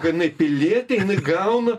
kad jinai pilietė jinai gauna